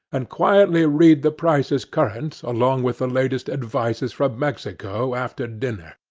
and quietly read the prices-current along with the latest advices from mexico, after dinner,